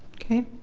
okay.